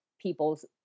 people's